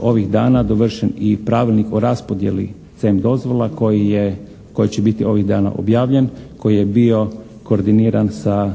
ovih dana dovršen i Pravilnik o raspodjeli CEM dozvola koje će biti ovih dana objavljen, koji je bio koordiniran sa